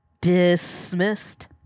Dismissed